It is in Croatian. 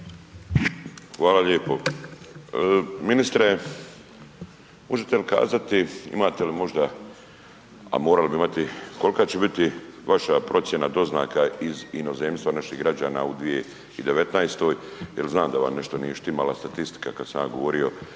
Hvala lijepo. Ministre, možete li kazati, imate li možda, a morali bi imati, kolka će biti vaša procjena doznaka iz inozemstva naših građana u 2019. jel znam da vam nešto nije štimala statistika kad sam ja govorio